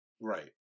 Right